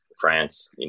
France